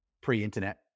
pre-internet